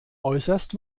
äußerst